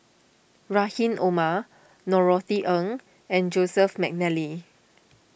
Rahim Omar Norothy Ng and Joseph McNally